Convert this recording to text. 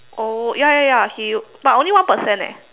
oh ya ya ya he but only one percent eh